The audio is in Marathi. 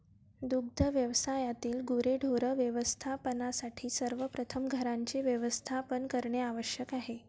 दुग्ध व्यवसायातील गुरेढोरे व्यवस्थापनासाठी सर्वप्रथम घरांचे व्यवस्थापन करणे आवश्यक आहे